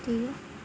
ते